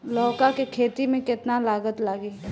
लौका के खेती में केतना लागत लागी?